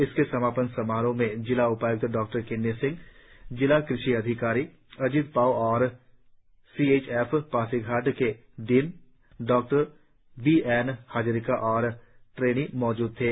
इसके समापन समारोह में जिला उपाय्क्त डॉ किन्नी सिंह जिला कृषि अधिकारी अजित पाव और सी एच एफ पासीघाट के डीन डॉ बी एन हाजोरिका और ट्रेनी मौजूद थे